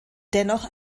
dennoch